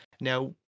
Now